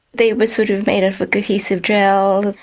they were sort of made of a cohesive gel.